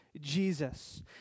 Jesus